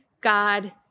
God